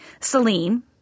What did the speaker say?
Celine